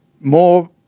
More